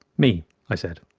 me' i said.